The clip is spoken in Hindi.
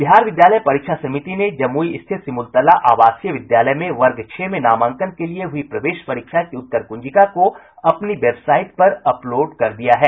बिहार विद्यालय परीक्षा समिति ने जमुई स्थित सिमुलतला आवासीय विद्यालय में वर्ग छह में नामांकन के लिये हुई प्रवेश परीक्षा की उत्तर कुंजिका को अपनी वेबसाइट पर अपलोड कर दिया है